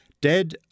dead